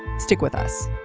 stick with us.